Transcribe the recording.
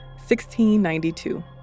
1692